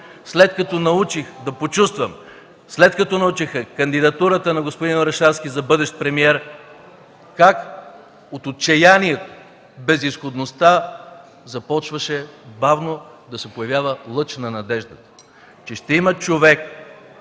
имах възможността да почувствам, след като научиха за кандидатурата на господин Орешарски за бъдещ премиер, как от отчаяние, в безизходността започваше бавно да се проявява лъч на надеждата, че ще има човек,